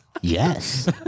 Yes